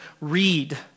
read